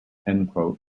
mentions